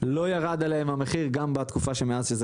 לא ירד עליהם המחיר גם בתקופה שמאז שזה